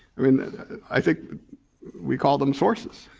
i mean i think we call them sources.